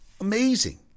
amazing